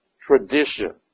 tradition